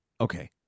okay